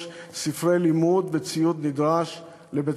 ספרי לימוד וציוד נדרש לבית-הספר,